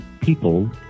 People